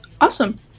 Awesome